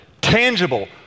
tangible